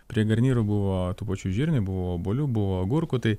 prie garnyrų buvo tų pačių žirnių buvo obuolių buvo agurkų tai